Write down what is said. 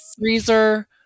freezer